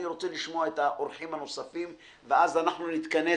אני רוצה לשמוע את האורחים הנוספים ואז נתכנס